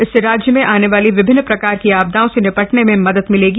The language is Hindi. इससे राज्य में आने वाली विभिन्न प्रकार की आपदाओं से निपटने में मदद मिलेगी